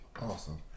Awesome